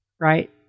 right